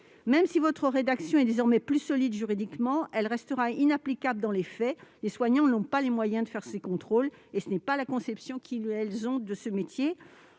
Même si votre rédaction est désormais plus solide juridiquement, elle est inapplicable dans les faits, les soignants n'ayant pas les moyens d'effectuer ces contrôles. Telle n'est pas la conception qu'ils ont de leur métier.